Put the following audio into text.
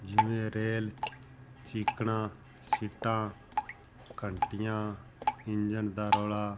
ਜਿਵੇਂ ਰੇਲ ਚੀਕਣਾ ਸੀਟਾਂ ਘੰਟੀਆਂ ਇੰਜਨ ਦਾ ਰੌਲਾ